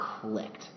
clicked